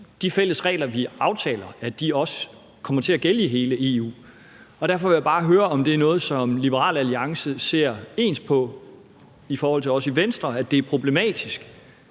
de fælles regler, vi aftaler, også kommer til at gælde i hele EU. Derfor vil jeg bare høre, om det er noget, som Liberal Alliance ser ens med os i Venstre på, altså at det er problematisk,